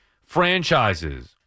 franchises